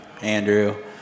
Andrew